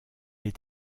est